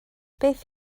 beth